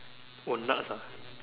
oh nuts ah